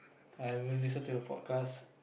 I will listen to the forecast